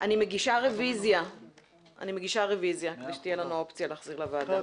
מגישה רוויזיה כדי שתהיה לנו אופציה להחזיר לוועדה.